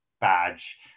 badge